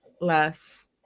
less